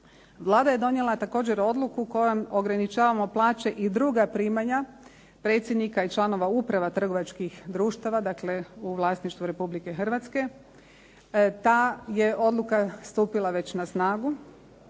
Vlada je donijela također odluku kojom ograničavamo plaća i druga primanja predsjednika i članova uprava trgovačkih društava, dakle u vlasništvu Republike Hrvatske. Ta je odluka stupila već na snagu.